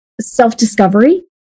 self-discovery